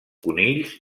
conills